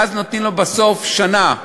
ואז נותנים לו בסוף שנה.